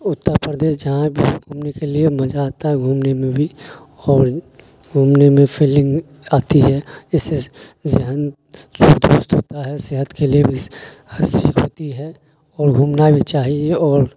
اتّر پردیش جہاں بھی گھومنے کے لیے مزہ آتا ہے گھومنے میں بھی اور گھومنے میں فیلنگ آتی ہے اس سے ذہن ہوتا ہے صحت کے لیے بھی ہوتی ہے اور گھومنا بھی چاہیے اور